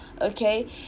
okay